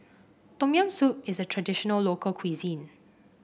Tom Yam Soup is a traditional local cuisine